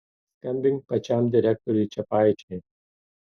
skambink pačiam direktoriui čepaičiui